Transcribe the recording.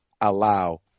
Allow